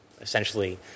essentially